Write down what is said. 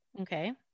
Okay